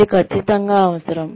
అది ఖచ్చితంగా అవసరం